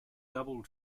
double